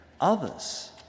others